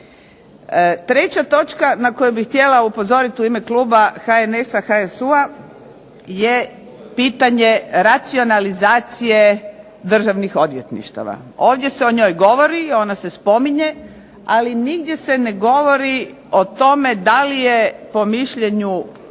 Treća točka na koju bih htjela upozoriti u ime kluba HNS-a, HSU-a je pitanje racionalizacije državnih odvjetništava. Ovdje se o njoj govori, ona se spominje. Ali nigdje se ne govori o tome da li je po mišljenju